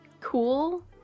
cool